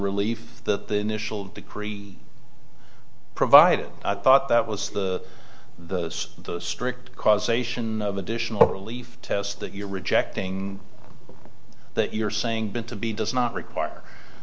relief that the initial decree provided i thought that was the the the strict causation of additional relief test that you're rejecting that you're saying but to be does not require